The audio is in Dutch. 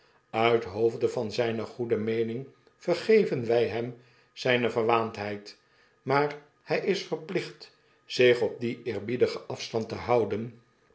uit hoofde van zyne goede meening vergeven wy hem zyne verwaandheid maar hij is verplicht zich op dien eerbiedigen afstand te houden